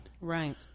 right